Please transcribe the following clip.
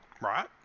Right